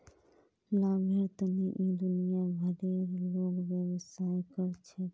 लाभेर तने इ दुनिया भरेर लोग व्यवसाय कर छेक